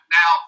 Now